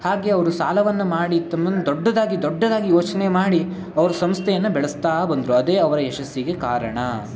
ಹಾಗೇ ಅವರು ಸಾಲವನ್ನು ಮಾಡಿ ತಮ್ಮನ್ನು ದೊಡ್ಡದಾಗಿ ದೊಡ್ಡದಾಗಿ ಯೋಚನೆ ಮಾಡಿ ಅವ್ರ ಸಂಸ್ಥೆಯನ್ನು ಬೆಳೆಸ್ತಾ ಬಂದರು ಅದೇ ಅವರ ಯಶಸ್ಸಿಗೆ ಕಾರಣ